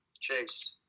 Chase